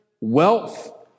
wealth